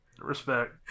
Respect